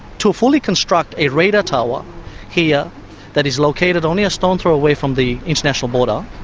to fully construct a radar tower here that is located only a stone's throw away from the international border.